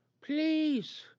Please